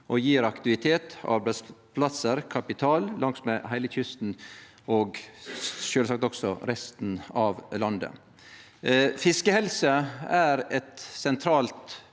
og gjev aktivitet, arbeidsplassar og kapital langsmed heile kysten, og sjølvsagt også i resten av landet. Fiskehelse er ein sentral